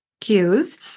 cues